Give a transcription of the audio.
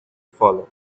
follow